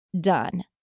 done